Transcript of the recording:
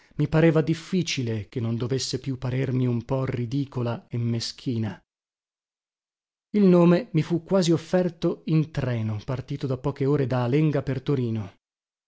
mi pareva difficile che non dovesse più parermi un po ridicola e meschina il nome mi fu quasi offerto in treno partito da poche ore da alenga per torino